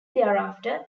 thereafter